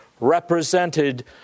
represented